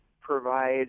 provide